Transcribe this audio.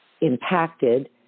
impacted